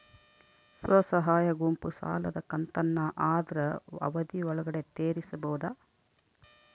ಸ್ವಸಹಾಯ ಗುಂಪು ಸಾಲದ ಕಂತನ್ನ ಆದ್ರ ಅವಧಿ ಒಳ್ಗಡೆ ತೇರಿಸಬೋದ?